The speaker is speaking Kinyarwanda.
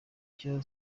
icyo